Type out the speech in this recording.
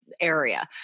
area